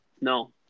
No